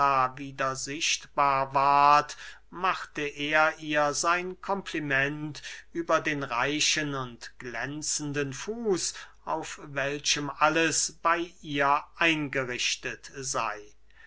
wieder sichtbar ward machte er ihr sein kompliment über den reichen und glänzenden fuß auf welchem alles bey ihr eingerichtet sey